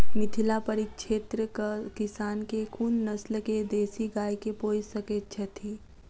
मिथिला परिक्षेत्रक किसान केँ कुन नस्ल केँ देसी गाय केँ पोइस सकैत छैथि?